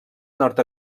nord